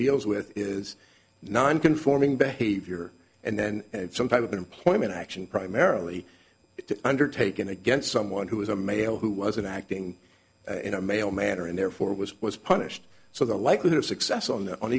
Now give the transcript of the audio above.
deals with is nonconforming behavior and then some type of employment action primarily undertaken against someone who is a male who wasn't acting in a male manner and therefore was was punished so the likelihood of success on the on